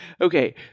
Okay